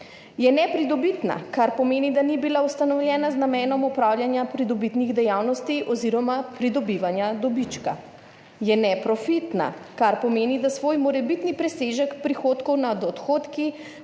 Je nepridobitna, kar pomeni, da ni bila ustanovljena z namenom opravljanja pridobitnih dejavnosti oz. pridobivanja dobička. Je neprofitna, kar pomeni, da svoj morebitni presežek prihodkov nad odhodki